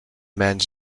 mans